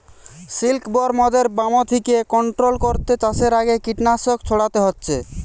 সিল্কবরমদের ব্যামো থিকে কন্ট্রোল কোরতে চাষের আগে কীটনাশক ছোড়াতে হচ্ছে